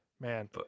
Man